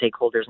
stakeholders